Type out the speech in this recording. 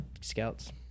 scouts